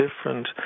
different